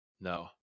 No